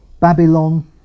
Babylon